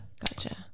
Gotcha